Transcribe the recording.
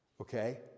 Okay